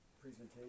presentation